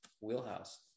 wheelhouse